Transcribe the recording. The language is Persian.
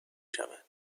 شود